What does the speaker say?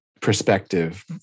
perspective